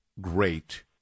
Great